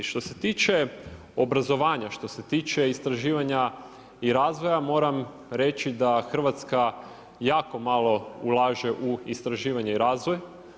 Što se tiče obrazovanja, što se tiče istraživanja i razvoja moram reći da Hrvatska jako malo ulaže u istraživanje i razvoj.